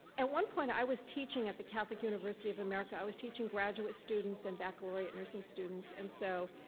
at one point i was teaching at the catholic university of america. i was teaching graduate students and baccalaureate nursing students. and, so,